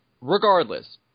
regardless